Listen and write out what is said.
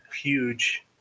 huge